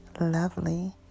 lovely